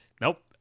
nope